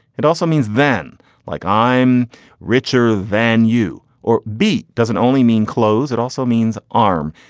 it also means then like i'm richer than you or b doesn't only mean close. it also means arm.